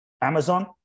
Amazon